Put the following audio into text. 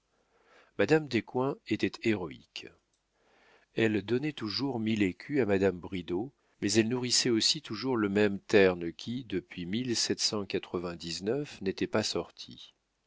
madame descoings était héroïque elle donnait toujours mille écus à madame bridau mais elle nourrissait aussi toujours le même terne qui depuis nétait pas sorti